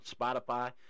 Spotify